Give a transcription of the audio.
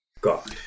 God